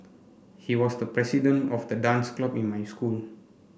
he was the president of the dance club in my school